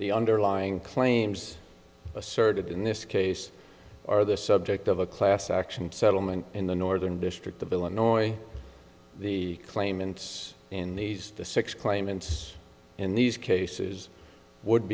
the underlying claims asserted in this case are the subject of a class action settlement in the northern district of illinois the claimants in these the six claimants in these cases would